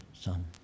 son